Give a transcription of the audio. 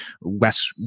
less